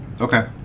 Okay